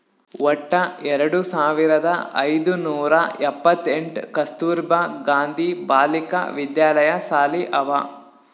ವಟ್ಟ ಎರಡು ಸಾವಿರದ ಐಯ್ದ ನೂರಾ ಎಪ್ಪತ್ತೆಂಟ್ ಕಸ್ತೂರ್ಬಾ ಗಾಂಧಿ ಬಾಲಿಕಾ ವಿದ್ಯಾಲಯ ಸಾಲಿ ಅವಾ